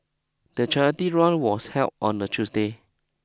the charity run was held on a Tuesday